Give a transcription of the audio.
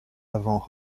avant